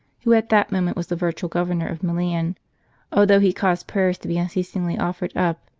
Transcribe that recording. who at that moment was the virtual governor of milan although he caused prayers to be unceasingly offered up,